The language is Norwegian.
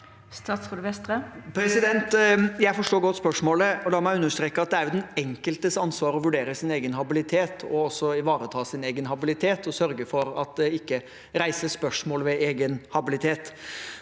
Jeg forstår godt spørsmålet. La meg understreke at det er den enkeltes ansvar å vurdere sin egen habilitet, ivareta sin egen habilitet og sørge for at det ikke reises spørsmål ved egen habilitet.